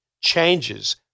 changes